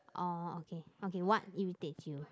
oh okay okay what irritates you